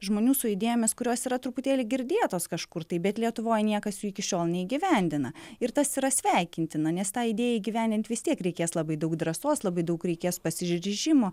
žmonių su idėjomis kurios yra truputėlį girdėtos kažkur tai bet lietuvoj niekas jų iki šiol neįgyvendina ir tas yra sveikintina nes tą idėją įgyvendint vis tiek reikės labai daug drąsos labai daug reikės pasiryžimo